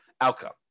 outcome